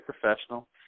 professional